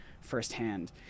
firsthand